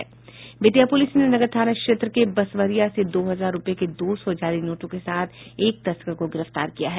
Bettiah police ने नगर थाना क्षेत्र के बसवरिया से दो हजार रुपये के दो सौ जाली नोटों के साथ एक तस्कर को गिरफ्तार किया है